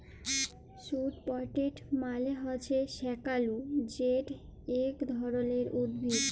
sweet potato মালে হছে শাঁকালু যেট ইক ধরলের উদ্ভিদ